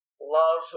love